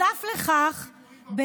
אז תורידו את המחירים של התחבורה הציבורית